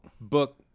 Book